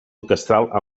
orquestral